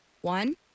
One